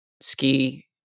ski